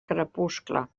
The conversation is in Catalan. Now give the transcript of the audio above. crepuscle